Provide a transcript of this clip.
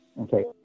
okay